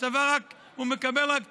מהצבא הוא מקבל רק דחייה,